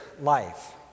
life